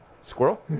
squirrel